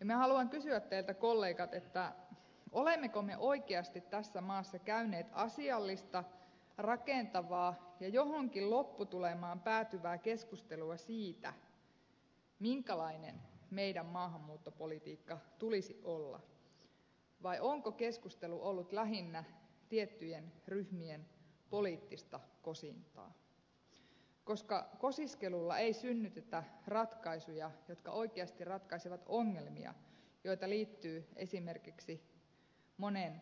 minä haluan kysyä teiltä kollegat olemmeko me oikeasti tässä maassa käyneet asiallista rakentavaa ja johonkin lopputulemaan päätyvää keskustelua siitä minkälainen meidän maahanmuuttopolitiikkamme tulisi olla vai onko keskustelu ollut lähinnä tiettyjen ryhmien poliittista kosintaa koska kosiskelulla ei synnytetä ratkaisuja jotka oikeasti ratkaisevat ongelmia joita liittyy esimerkiksi monen